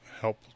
help